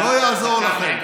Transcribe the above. לא יעזור לכם.